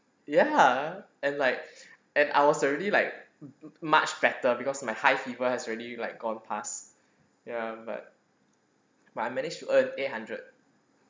ya and like and I was already like m~ m~ much better because my high fever has already like gone past ya but but I managed to earn eight hundred